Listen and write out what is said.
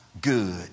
good